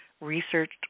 researched